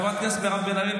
חברת הכנסת מירב בן ארי,